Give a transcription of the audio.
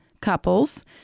couples